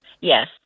Yes